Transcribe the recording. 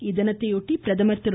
இத்தினத்தையொட்டி பிரதமர் திரு